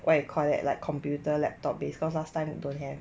what you call that like computer laptop based cause last time don't have